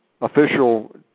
official